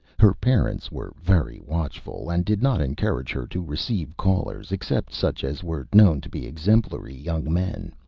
her parents were very watchful, and did not encourage her to receive callers, except such as were known to be exemplary young men.